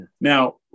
now